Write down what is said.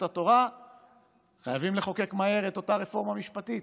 התורה חייבים לחוקק מהר את אותה רפורמה משפטית,